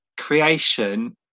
creation